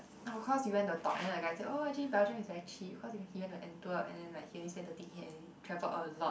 oh cause we went the talk and then the guy say oh actually Belgium is very cheap cause he went to Antwerp and then like he only spend thirty K and he travel a lot